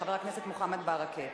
של חבר הכנסת מוחמד ברכה.